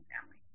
family